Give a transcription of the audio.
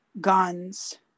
guns